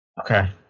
Okay